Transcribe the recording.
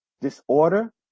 disorder